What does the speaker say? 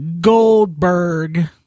Goldberg